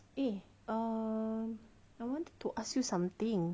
eh ah I wanted to ask you something